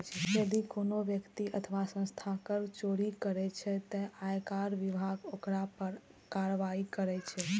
यदि कोनो व्यक्ति अथवा संस्था कर चोरी करै छै, ते आयकर विभाग ओकरा पर कार्रवाई करै छै